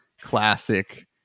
classic